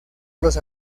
los